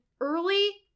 early